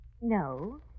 No